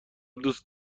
دوست